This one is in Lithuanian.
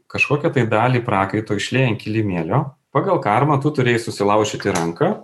kažkokią tai dalį prakaito išliejai ant kilimėlio pagal karmą tu turėjai susilaužyti ranką